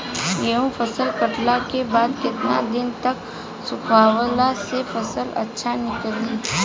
गेंहू फसल कटला के बाद केतना दिन तक सुखावला से फसल अच्छा निकली?